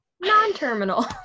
Non-terminal